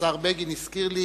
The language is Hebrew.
השר בגין הזכיר לי